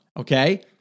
okay